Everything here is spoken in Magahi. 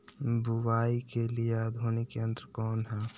बुवाई के लिए आधुनिक यंत्र कौन हैय?